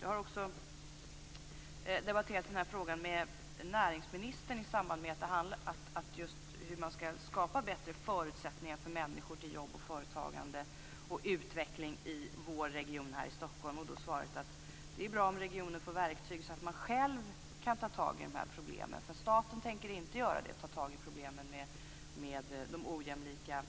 Jag har också debatterat den här frågan med näringsministern just i samband med hur man skall skapa bättre förutsättningar för människor när det gäller jobb, företagande och utveckling i vår region i Stockholm. Jag fick då svaret att det är bra om regionen får verktyg så att man själv kan ta tag i problemen. Staten tänker nämligen inte ta tag i problemen med ojämlika